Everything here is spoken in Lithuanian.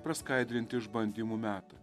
praskaidrinti išbandymų metą